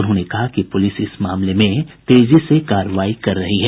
उन्होंने कहा कि पुलिस इस मामले में तेजी से कार्रवाई कर रही है